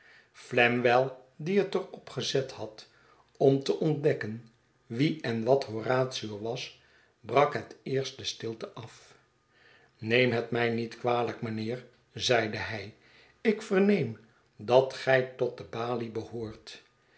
flamwell die het er op gezet had om te ontdekken wie en wat horatio was brak het eerst de stilte af neem het mij niet kwalijk mijnheer zeide hij ik verneem dat gij tot de balie behoort